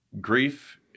grief